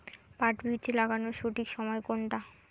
পাট বীজ লাগানোর সঠিক সময় কোনটা?